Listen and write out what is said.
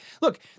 Look